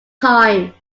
time